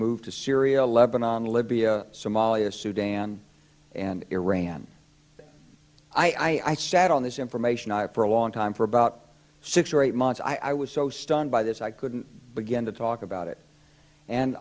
move to syria lebanon libya somalia sudan and iran i sat on this information for a long time for about six or eight months i was so stunned by this i couldn't begin to talk about it and